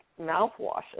mouthwashes